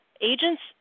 agents